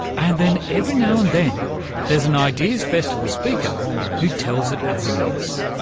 and then every now and then there's an ideas festival speaker who tells it as it is.